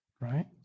right